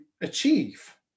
achieve